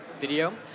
video